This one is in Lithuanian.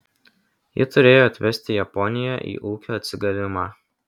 ji turėjo atvesti japoniją į ūkio atsigavimą